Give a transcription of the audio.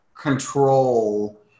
control